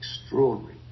extraordinary